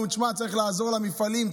ואומרים: צריך לעזור למפעלים,